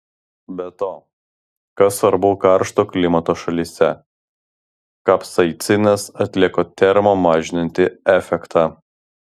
be to kas svarbu karšto klimato šalyse kapsaicinas atlieka termo mažinantį efektą